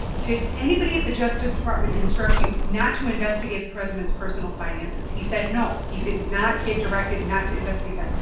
did anybody at the justice department instruct you not to investigate the president's personal finances? he said no, he did not get directed not to investigate that.